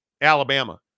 Alabama